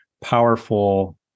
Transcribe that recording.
powerful